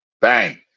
Bang